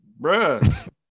Bruh